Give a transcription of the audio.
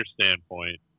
standpoint